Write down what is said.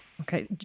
Okay